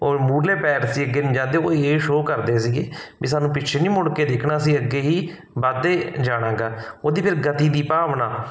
ਔਰ ਮੂਹਰਲੇ ਪੈਰ ਸੀ ਅੱਗੇ ਨੂੰ ਜਾਂਦੇ ਉਹ ਇਹ ਸ਼ੋ ਕਰਦੇ ਸੀਗੇ ਵੀ ਸਾਨੂੰ ਪਿੱਛੇ ਨਹੀਂ ਮੁੜ ਕੇ ਦੇਖਣਾ ਅਸੀਂ ਅੱਗੇ ਹੀ ਵੱਧਦੇ ਜਾਣਾਗਾ ਉਹਦੀ ਫਿਰ ਗਤੀ ਦੀ ਭਾਵਨਾ